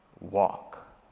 walk